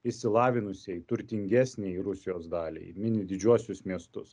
išsilavinusiai turtingesnei rusijos daliai minit didžiuosius miestus